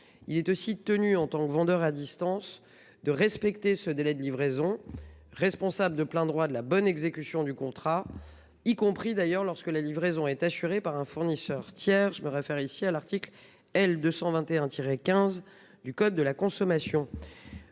Il est aussi tenu, toujours en tant que vendeur à distance, de respecter ce délai de livraison et il est responsable de plein droit de la bonne exécution du contrat, y compris lorsque la livraison est assurée par un fournisseur tiers- cela est prévu à l'article L. 221-15 du code de la consommation.